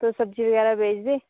तुस सब्जी बगैरा बेचदे